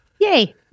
Yay